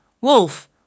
Wolf